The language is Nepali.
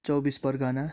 चौबिस परगना